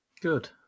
Good